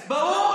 ברור.